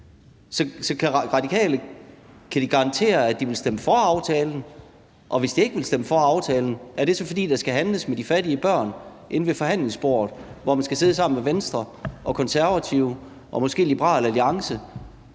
Radikale garantere, at de vil stemme for aftalen? Og hvis de ikke vil stemme for aftalen, er det så, fordi der skal handles med de fattige børn inde ved forhandlingsbordet, hvor man skal sidde sammen med Venstre, Konservative og måske Liberal Alliance?